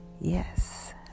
Yes